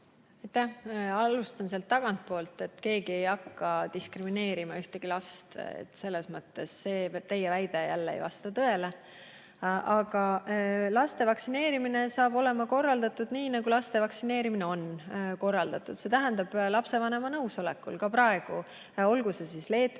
Alustan tagantpoolt: keegi ei hakka diskrimineerima ühtegi last. See väide jälle ei vasta tõele. Aga laste vaktsineerimine saab olema korraldatud nii, nagu laste vaktsineerimine on korraldatud, see tähendab, et lapsevanema nõusolekul. Ka praegu, olgu see siis leetrite